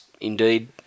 indeed